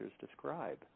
describe